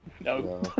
No